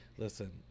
Listen